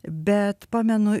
bet pamenu